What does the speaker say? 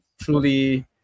truly